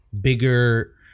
bigger